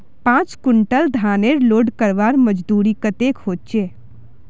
पाँच कुंटल धानेर लोड करवार मजदूरी कतेक होचए?